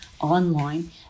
online